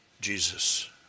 Jesus